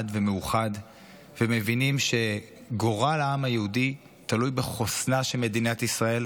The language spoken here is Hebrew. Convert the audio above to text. ומאוחד ומבינים שגורל העם היהודי תלוי בחוסנה של מדינת ישראל,